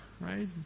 Right